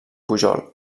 pujol